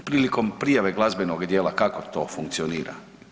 Prilikom prijave glazbenog dijela kako to funkcionira?